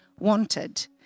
wanted